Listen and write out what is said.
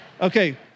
Okay